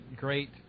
great